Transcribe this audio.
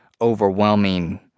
overwhelming